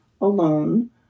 alone